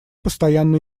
постоянно